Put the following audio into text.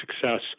success